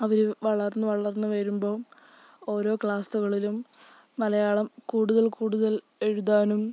അവര് വളർന്ന് വളർന്ന് വരുമ്പോൾ ഓരോ ക്ലാസ്സുകളിലും മലയാളം കൂടുതൽ കൂടുതൽ എഴുതാനും